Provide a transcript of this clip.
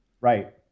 Right